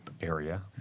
area